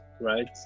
Right